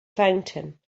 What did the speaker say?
fountain